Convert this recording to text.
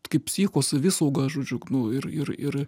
kaip psichosavisauga žodžiu nu ir ir ir